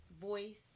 voice